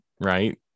Right